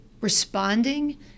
responding